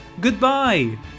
goodbye